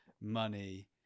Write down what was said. money